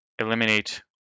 eliminate